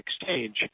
exchange